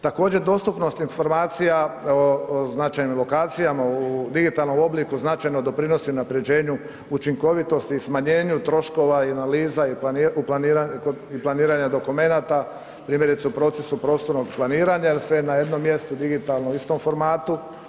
Također dostupnost informacija o značajnim lokacijama u digitalnom obliku značajno doprinose unapređenju učinkovitosti i smanjenju troškova i analiza i planiranja dokumenata primjerice u procesu prostornog planiranja jer je sve na jednom mjestu digitalno u istom formatu.